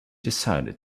decided